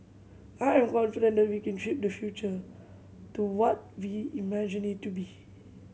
I am confident that we can shape the future to what we imagine it to be